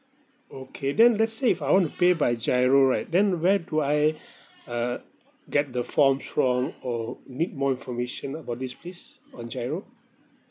okay then let's say if I want to pay by G_I_R_O right then where do I uh get the forms from or need more information about this please on G_I_R_O